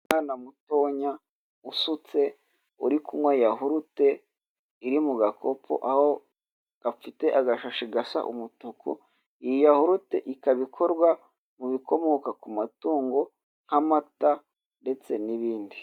Umwana mutonya usutse uri kunywa yahurute iri mu gakopo aho gafite agashashi gasa umutuku, iyi yahurute ikaba ikorwa mu bikomoka ku matungo nk'amata ndetse n'ibindi.